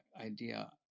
idea